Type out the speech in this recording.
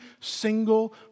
single